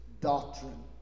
doctrine